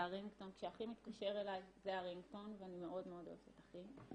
זה הרינגטון כשאחי מתקשר אליי ואני מאוד מאוד אוהבת את אחי.